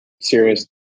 serious